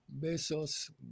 Besos